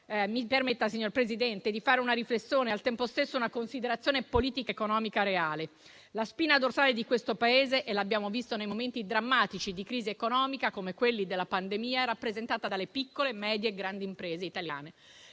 Mi permetta, signor Presidente, di fare una riflessione e, al tempo stesso, una considerazione politica economica reale. La spina dorsale di questo Paese - come abbiamo visto nei momenti drammatici di crisi economica, come quelli della pandemia - è rappresentata dalle piccole, medie e grandi imprese italiane.